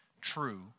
true